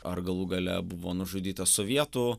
ar galų gale buvo nužudytas sovietų